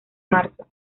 marzo